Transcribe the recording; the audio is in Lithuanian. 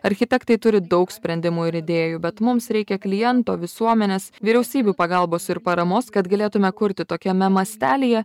architektai turi daug sprendimų ir idėjų bet mums reikia kliento visuomenės vyriausybių pagalbos ir paramos kad galėtume kurti tokiame mastelyje